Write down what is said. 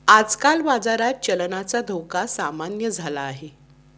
आजकाल बाजारात चलनाचा धोका सामान्य झाला आहे